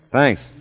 Thanks